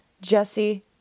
Jesse